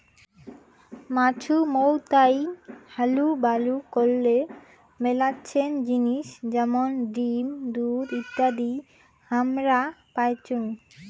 মাছুমৌতাই হালুবালু করলে মেলাছেন জিনিস যেমন ডিম, দুধ ইত্যাদি হামরা পাইচুঙ